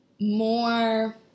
more